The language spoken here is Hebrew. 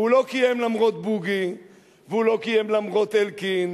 הוא לא קיים למרות בוגי והוא לא קיים למרות אלקין,